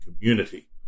community